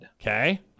Okay